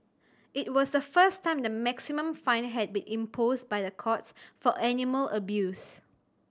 it was the first time the maximum fine had been imposed by the courts for animal abuse